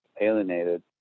alienated